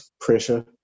pressure